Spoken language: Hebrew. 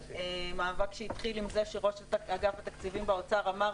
מאבק שהתחיל עם זה שראש אגף תקציבים באוצר אמר,